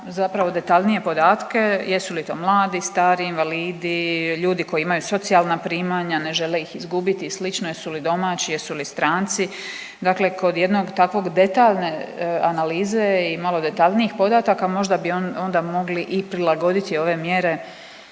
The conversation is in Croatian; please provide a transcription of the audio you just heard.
zapravo detaljnije podatke jesu li to mladi, stari, invalidi, ljudi koji imaju socijalna primanja, ne žele ih izgubiti i slično. Jesu li domaći, jesu li stranci? Dakle, kod jedne takve detaljne analize i malo detaljnijih podataka možda bi onda mogli i prilagoditi ove mjere